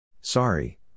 Sorry